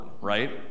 right